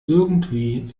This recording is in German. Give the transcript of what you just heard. irgendwie